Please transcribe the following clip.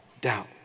doubt